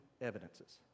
evidences